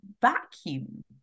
vacuum